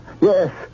Yes